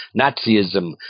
Nazism